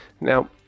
Now